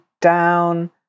down